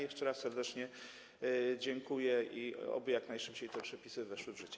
Jeszcze raz serdecznie dziękuję i oby jak najszybciej te przepisy weszły w życie.